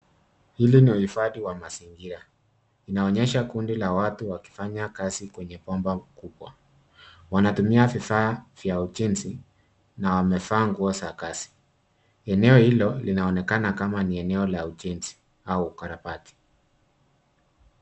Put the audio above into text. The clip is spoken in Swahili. Hili ni uhifadhi wa mazingira, inaonyesha kundi la watu wakifanya kazi kwenye bomba kubwa. Wanatumia vifaa vya ujenzi na wamevaa nguo za kazi. Eneo hilo linaonekana kama ni eneo la ujenzi au ukarabati.